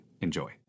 Enjoy